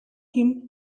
him